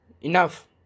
Enough